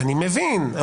אני מבין,